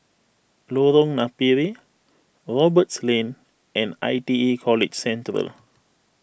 Lorong Napiri Roberts Lane and I T E College Central